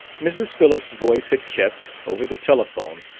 mrs. phillips' voice had kept, over the telephone,